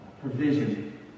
provision